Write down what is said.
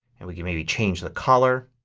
and we can maybe change the color